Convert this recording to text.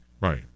right